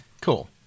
Cool